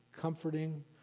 comforting